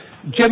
Jim